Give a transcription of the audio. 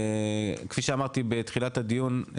כפי שאמרתי בתחילת הדיון,